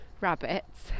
rabbits